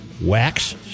Wax